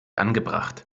angebracht